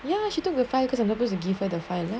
ya she took the focus on purpose you give her the violence